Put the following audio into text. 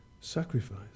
sacrifice